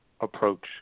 approach